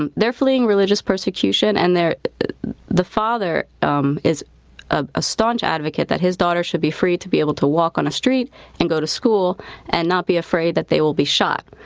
and they're fleeing religious persecution and the father um is ah a staunch advocate that his daughter should be free to be able to walk on a street and go to school and not be afraid that they will be shot.